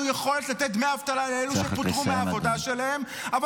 יכולת לתת דמי אבטלה לאלו שפוטרו מהעבודה שלהם -- צריך רק לסיים אדוני.